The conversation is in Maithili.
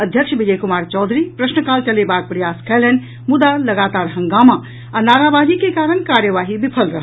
अध्यक्ष विजय कुमार चौधरी प्रश्न काल चलेबाक प्रयास कयलनि मुदा लगातार हंगामा आ नाराबाजी के कारण कार्यवाही विफल रहल